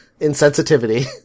insensitivity